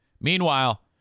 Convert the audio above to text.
Meanwhile